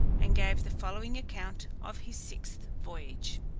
and gave the following account of his sixth voyage.